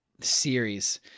series